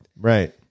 Right